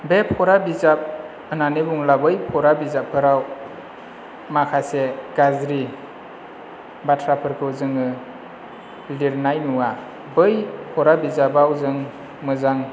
बे फरा बिजाब होननानै बुङोब्ला बै फराबिजाबफोराव माखासे गाज्रि बाथ्राफोरखौ जोङो लिरनाय नुवा बै फरा बिजाबआव जों मोजां